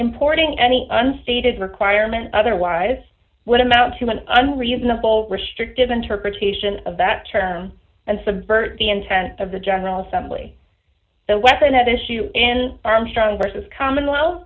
importing any unstated requirement otherwise would amount to an unreasonable restrictive interpretation of that term and subvert the intent of the general assembly the weapon at issue in armstrong versus common